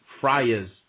Friar's